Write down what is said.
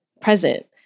present